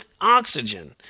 oxygen